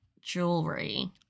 jewelry